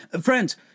Friends